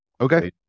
okay